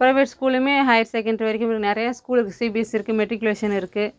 private ஸ்கூல்லேயுமே higher secondary வரைக்கும் இப்போ நிறையா ஸ்கூல் இருக்குது சிபிஎஸ்சி இருக்குது மெட்ரிகுலேஷன் இருக்குது